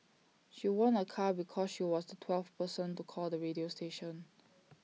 she won A car because she was the twelfth person to call the radio station